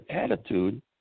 attitude